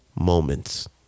moments